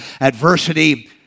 adversity